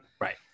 right